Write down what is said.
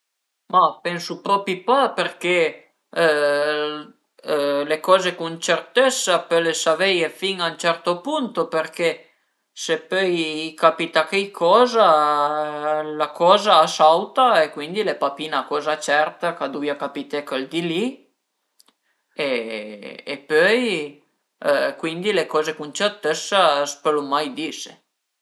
Ma pensu propi pa perché le coze cun certëssa pöle saveie fin a ün certo punto perché se pöi capita cheicoza, la coza a sauta e cuindi al e pa pi 'na coza certa ch'a duvìa capité chël di li e pöi cuindi le coze cun certëssa a s'pölu mai dise